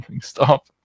Stop